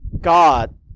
God